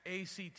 ACT